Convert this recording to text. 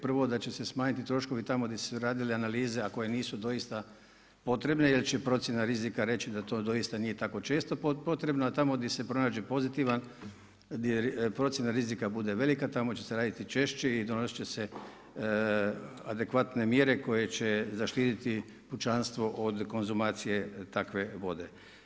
Prvo da će se smanjiti troškovi tamo di su se radile analize a koje nisu doista potrebne jer će procjena rizika reći da to doista nije tako često potrebno, a tamo di se pronađe pozitivan procjena rizika bude velika tamo će se raditi češće i donosit će se adekvatne mjere koje će zaštititi pučanstvo od konzumacije takve vode.